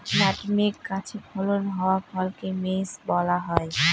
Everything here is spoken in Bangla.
নাটমেগ গাছে ফলন হওয়া ফলকে মেস বলা হয়